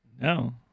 No